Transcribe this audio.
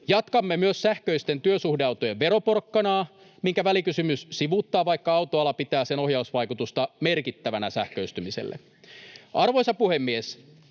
Jatkamme myös sähköisten työsuhdeautojen veroporkkanaa, minkä välikysymys sivuuttaa, vaikka autoala pitää sen ohjausvaikutusta merkittävänä sähköistymiselle. Arvoisa puhemies!